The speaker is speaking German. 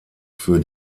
für